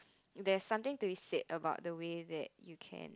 there's something to be said about the way that you care